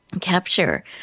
Capture